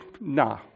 nah